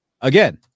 again